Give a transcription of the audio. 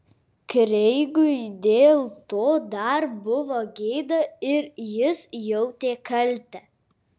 kreigui dėl to dar buvo gėda ir jis jautė kaltę